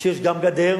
כשיש גם גדר,